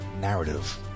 narrative